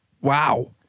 wow